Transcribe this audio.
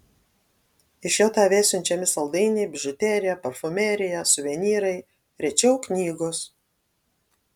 iš jav siunčiami saldainiai bižuterija parfumerija suvenyrai rečiau knygos